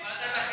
ועדת החינוך.